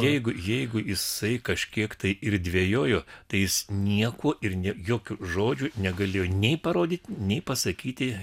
jeigu jeigu jisai kažkiek tai ir dvejojo tai jis nieko ir nė jokių žodžių negalėjo nei parodyti nei pasakyti